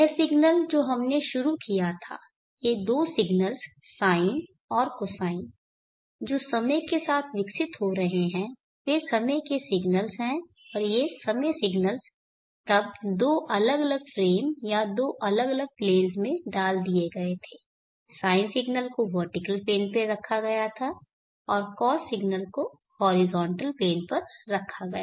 यह सिग्नल जो हमने शुरू किया था ये दो सिग्नल्स साइन और कोसाइन जो समय के साथ विकसित हो रहे हैं वे समय के सिग्नल्स हैं और ये समय सिग्नल्स तब दो अलग अलग फ्रेम या दो अलग अलग प्लेन्स में डाल दिए गए थे साइन सिग्नल को वर्टिकल प्लेन पर रखा गया था और कॉस सिग्नल को हॉरिजॉन्टल प्लेन पर रखा गया था